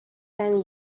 ten